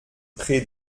pré